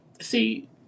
See